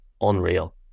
Unreal